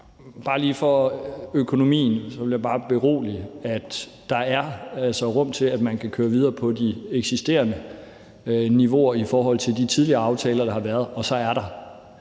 forhold til økonomien bare lige berolige med, at der altså er plads til, at man kan køre videre på de eksisterende niveauer i forhold til de tidligere aftaler, der har været, og at der